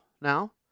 now